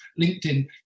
linkedin